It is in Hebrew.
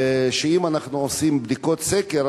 אם אנחנו עושים בדיקות סקר,